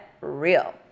real